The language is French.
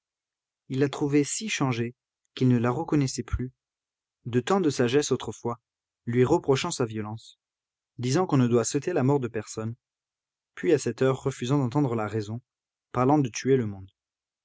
il la trouvait si changée qu'il ne la reconnaissait plus de tant de sagesse autrefois lui reprochant sa violence disant qu'on ne doit souhaiter la mort de personne puis à cette heure refusant d'entendre la raison parlant de tuer le monde